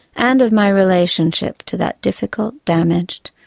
and of my relationship to that difficult, damaged,